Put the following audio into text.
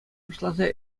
пуҫласа